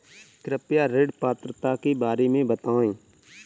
कृपया ऋण पात्रता के बारे में बताएँ?